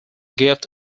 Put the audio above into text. gift